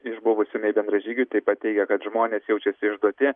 iš buvusių mei bendražygių taip pat teigia kad žmonės jaučiasi išduoti